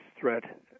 threat